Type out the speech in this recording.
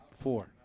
Four